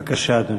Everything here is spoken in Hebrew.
בבקשה, אדוני.